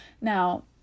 Now